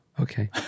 Okay